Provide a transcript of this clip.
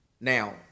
Now